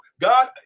God